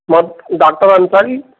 मां डॉक्टर अंसारी